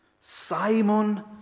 Simon